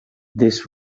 this